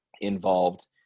involved